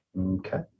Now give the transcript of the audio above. Okay